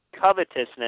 covetousness